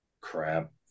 Crap